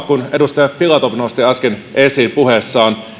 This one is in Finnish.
kuin edustaja filatov nosti äsken esiin puheessaan